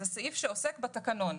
זה סעיף שעוסק בתקנון.